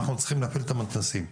אנחנו צריכים להפעיל את המתנ"סים.